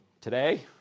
today